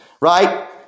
right